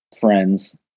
friends